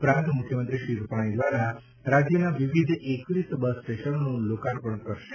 ઉપરાંત મુખ્યમંત્રી શ્રી રૂપાણી દ્વારા રાજ્યના વિવિધ એકવીસ બસ સ્ટેશનોનું લોકાર્પણ પણ કરવામાં આવશે